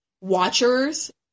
watchers